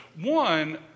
One